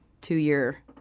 two-year